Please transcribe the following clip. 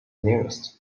nearest